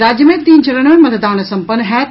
राज्य मे तीन चरण मे मतदान संपन्न होयत